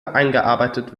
eingearbeitet